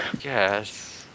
Yes